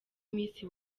misi